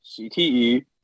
CTE